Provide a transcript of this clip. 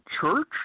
church